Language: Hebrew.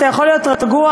אתה יכול להיות רגוע,